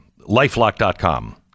lifelock.com